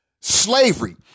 slavery